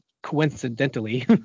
coincidentally